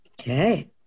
Okay